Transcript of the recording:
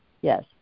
Yes